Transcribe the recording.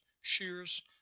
shears